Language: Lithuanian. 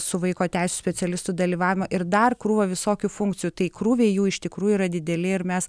su vaiko teisių specialistų dalyvavimu ir dar krūva visokių funkcijų tai krūviai jų iš tikrųjų yra dideli ir mes